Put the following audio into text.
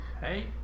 Hey